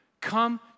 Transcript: Come